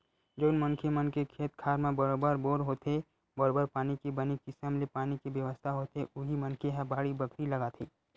जउन मनखे मन के खेत खार म बरोबर बोर होथे बरोबर पानी के बने किसम ले पानी के बेवस्था होथे उही मनखे ह बाड़ी बखरी लगाथे